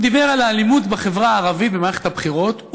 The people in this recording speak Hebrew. הוא דיבר על האלימות בחברה הערבית במערכת הבחירות.